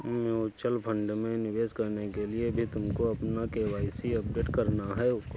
mutual fund में निवेश करने के लिए भी तुमको अपना के.वाई.सी अपडेट कराना होगा